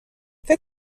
فکر